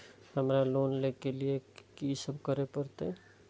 हमरा लोन ले के लिए की सब करे परते?